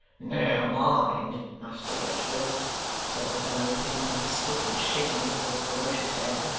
now mind, muster gashford said the fellow, taking up his stick and shaking it with a ferocious air,